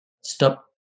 Stop